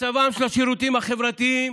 במצבם של השירותים החברתיים,